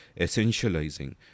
essentializing